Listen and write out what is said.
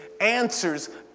answers